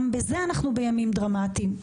גם בזה אנחנו בימים דרמטיים.